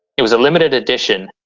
it was a limited edition,